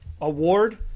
award